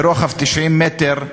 ברוחב 90 מטר.